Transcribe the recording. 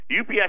UPS